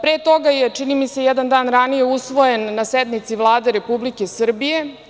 Pre toga je, čini mi se, jedan dan ranije usvojen na sednici Vlade Republike Srbije.